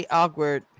awkward